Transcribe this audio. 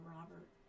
Robert